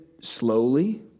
slowly